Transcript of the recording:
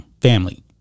family